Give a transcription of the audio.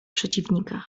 przeciwnika